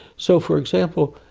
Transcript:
so, for example,